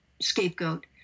scapegoat